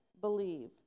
believe